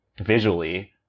visually